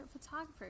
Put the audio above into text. photographer